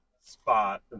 spot